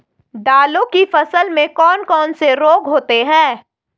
दालों की फसल में कौन कौन से रोग होते हैं?